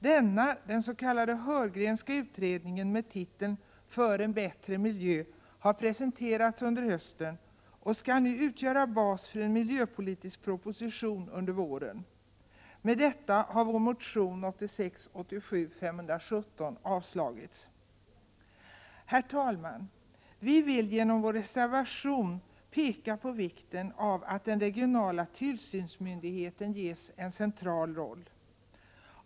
Denna utredning, den s.k. Heurgrenska utredningen, med titeln För en bättre miljö, har presenterats under hösten och skall nu utgöra bas för en miljöpolitisk proposition under våren. Med hänvisning till detta har vår motion 1986/87:517 avstyrkts. Herr talman! Vi vill genom vår reservation peka på vikten av att den regionala tillsynsmyndigheten ges en central roll.